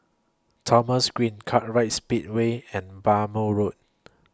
Thomson Green Kartright Speedway and Bhamo Road